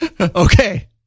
Okay